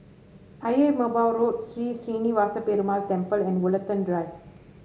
Ayer Merbau Road Sri Srinivasa Perumal Temple and Woollerton Drive